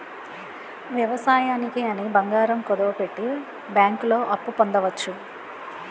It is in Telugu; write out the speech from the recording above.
వ్యవసాయానికి అని బంగారం కుదువపెట్టి బ్యాంకుల్లో అప్పు పొందవచ్చు